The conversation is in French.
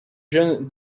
jeune